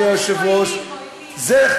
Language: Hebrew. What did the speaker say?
זה,